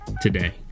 today